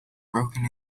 broken